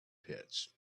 pits